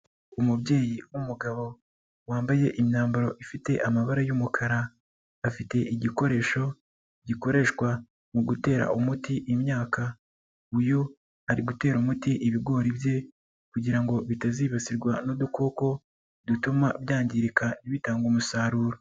Umubyeyi w'umugabo wambaye imyambaro ifite amabara y'umukara, afite igikoresho gikoreshwa mu gutera umuti imyaka, uyu ari gutera umuti ibigori bye kugira ngo bitazibasirwa n'udukoko dutuma byangirika ntibitange umusaruro.